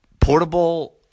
portable